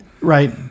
right